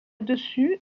dessus